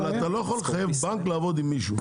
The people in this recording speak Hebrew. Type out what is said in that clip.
אבל אתה לא יכול לחייב בנק לעבוד עם מישהו.